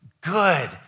Good